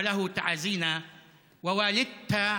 ולאימא שלה,